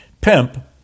Pimp